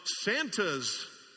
Santa's